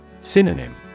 SYNONYM